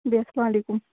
بیٚہہ اَسلام علیکُم